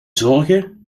zorgen